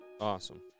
Awesome